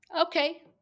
okay